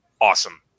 awesome